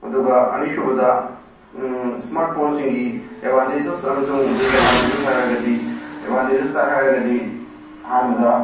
ꯑꯗꯨꯒ ꯑꯅꯤꯁꯨꯕꯗ ꯁ꯭ꯃꯥꯔꯠ ꯐꯣꯟꯁꯤꯡꯒꯤ ꯑꯦꯕꯥꯟꯇꯦꯆꯦꯁ ꯑꯃꯁꯨꯡ ꯗꯤꯁꯑꯦꯗꯕꯥꯟꯇꯦꯖꯦꯁ ꯍꯥꯏꯔꯒꯗꯤ ꯑꯦꯕꯥꯟꯇꯦꯖꯦꯁꯇ ꯍꯥꯏꯔꯒꯗꯤ ꯑꯍꯥꯟꯕꯗ